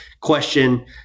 question